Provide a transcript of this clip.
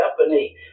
company